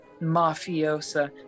mafiosa